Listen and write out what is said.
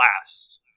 last